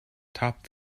topped